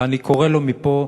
ואני קורא לו מפה,